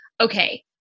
okay